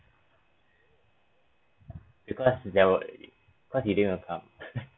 because there were because you don't wanna come